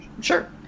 Sure